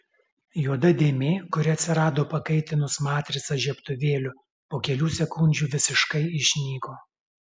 juoda dėmė kuri atsirado pakaitinus matricą žiebtuvėliu po kelių sekundžių visiškai išnyko